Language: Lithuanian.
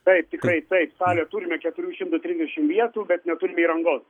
taip tikrai taip salę turime keturių šimtų trisdešimt vietų bet neturim įrangos